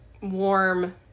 warm